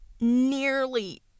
nearly